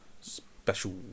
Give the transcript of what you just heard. special